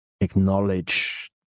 acknowledge